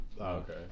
Okay